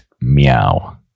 meow